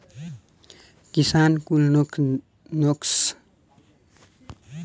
किसान कुल नोकसानदायक घास के कारण दुखी बाड़